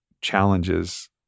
challenges